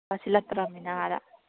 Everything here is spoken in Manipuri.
ꯌꯥꯁꯤꯜꯂꯛꯇ꯭ꯔꯃꯤꯅ ꯑꯥꯗ